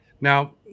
now